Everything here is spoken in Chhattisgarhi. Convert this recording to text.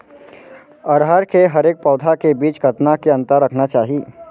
अरहर के हरेक पौधा के बीच कतना के अंतर रखना चाही?